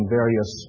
various